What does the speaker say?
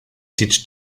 teach